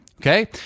Okay